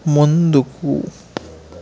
ముందుకు